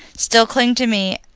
still cling to me,